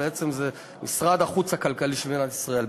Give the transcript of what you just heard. בעצם זה משרד החוץ הכלכלי של מדינת ישראל,